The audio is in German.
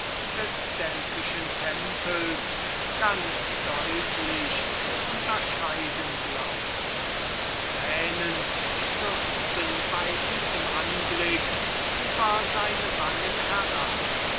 des delphischen tempels ganz deutlich zu unterscheiden glaubte tränen liefen bei diesem anblick über seine wangen herab